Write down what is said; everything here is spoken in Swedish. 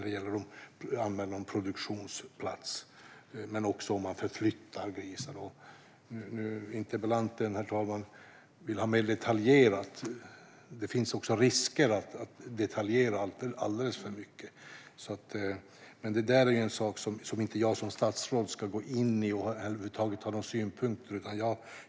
Det gäller anmälan av produktionsplats men också förflyttning av grisen. Interpellanten vill ha detta mer detaljerat. Det finns dock risker med att detaljera alldeles för mycket. Men det där är en sak som jag som statsråd inte ska gå in i eller över huvud taget ha någon synpunkt på.